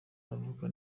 avoka